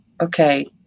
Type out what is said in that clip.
okay